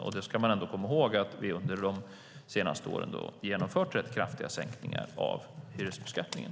Och man ska ändå komma ihåg att vi under de senaste åren har genomfört rätt kraftiga sänkningar när det gäller hyresbeskattningen.